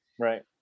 right